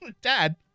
dad